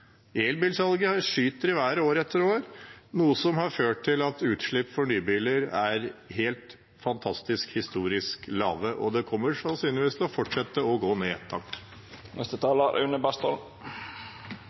Elbilsalget skyter i været år etter år, noe som har ført til at utslipp fra nye biler er helt fantastisk historisk lave, og det kommer sannsynligvis til å fortsette å gå ned.